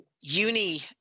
uni